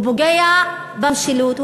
פוגע במשילות.